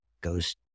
goes